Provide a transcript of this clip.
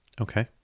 Okay